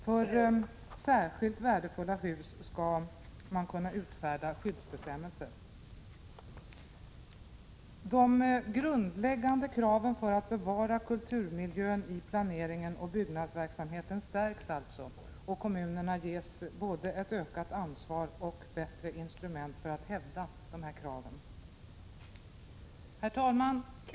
För särskilt värdefulla hus skall skyddsbestämmelser kunna utfärdas. De grundläggande kraven på att bevara kulturmiljön i planeringen och byggnadsverksamheten stärks alltså, och kommunerna ges både ett ökat ansvar och bättre instrument för att hävda dessa krav. Herr talman!